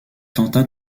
tenta